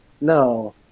No